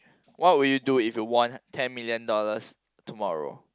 what would you do if you won ten million dollars tomorrow